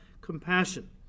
compassion